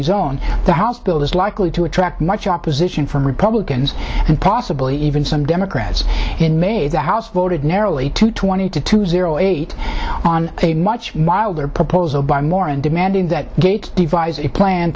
his own the house bill is likely to attract much opposition from republicans and possibly even some democrats in may the house voted narrowly two twenty two to zero eight on a much milder proposal by more and demanding that gates devise a plan